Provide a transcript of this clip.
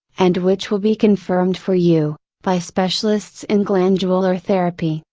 and which will be confirmed for you, by specialists in glandular therapy,